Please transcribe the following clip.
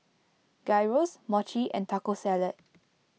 Gyros Mochi and Taco Salad